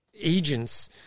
agents